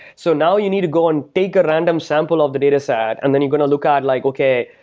so now you need to go and take a random sample of the dataset and then you're going to look at like, okay,